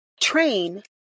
train